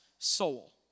Soul